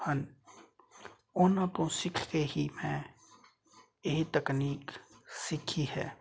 ਹਨ ਉਹਨਾਂ ਤੋਂ ਸਿੱਖ ਕੇ ਹੀ ਮੈਂ ਇਹ ਤਕਨੀਕ ਸਿੱਖੀ ਹੈ